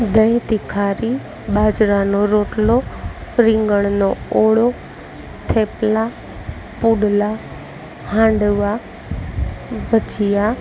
દહીં તીખારી બાજરાનો રોટલો રીંગણનો ઓળો થેપલાં પુડલાં હાંડવા ભજીયા